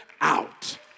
out